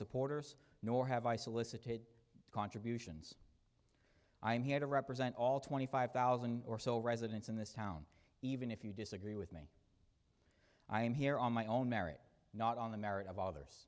supporters nor have i solicited contributions i am here to represent all twenty five thousand or so residents in this town even if you disagree with me i am here on my own merit not on the merit of others